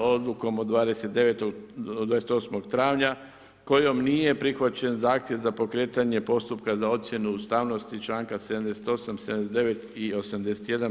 odlukom od 28. travnja kojom nije prihvaćen zahtjev za pokretanje postupka za ocjenu ustavnosti i članka 78., 79. i 81.